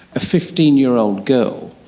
a fifteen year old girl,